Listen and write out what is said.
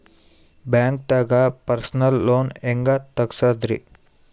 ಬ್ಯಾಂಕ್ದಾಗ personal loan ಹೆಂಗ್ ತಗ್ಸದ್ರಿ?